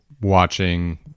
watching